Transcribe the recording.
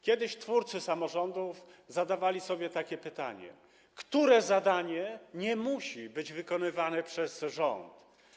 Kiedyś twórcy samorządów zadawali sobie takie pytanie: Które zadanie nie musi być wykonywane przez rząd?